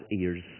ears